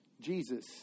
Jesus